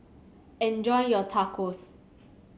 enjoy your Tacos